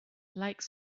like